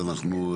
אנחנו,